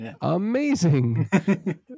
amazing